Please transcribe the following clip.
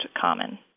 common